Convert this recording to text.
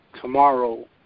tomorrow